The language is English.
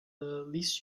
least